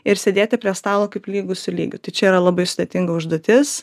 ir sėdėti prie stalo kaip lygus su lygiu tai čia yra labai sudėtinga užduotis